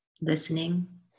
Listening